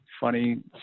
funny